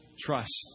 trust